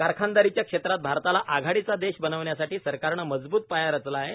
कारखानदारीच्या क्षेत्रात भारताला आघाडीचा देश बनवण्यासाठी सरकारनं मजबृत पाया रचला आहे